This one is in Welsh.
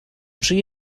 tri